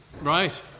Right